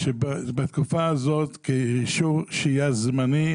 בתקופה הזאת אישור שהייה זמני.